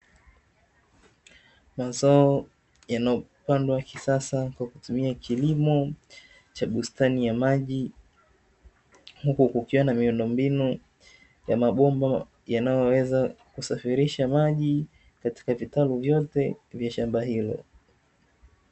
Mazao yanayopandwa kisasa kwa kutumia kilimo cha bustani ya maji, huku kukiwa na miundombinu ya mabomba yanayoweza kusafirisha maji katika vitabu vyote vya shamba hilo.